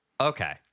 Okay